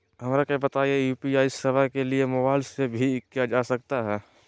हमरा के बताइए यू.पी.आई सेवा के लिए मोबाइल से भी किया जा सकता है?